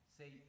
say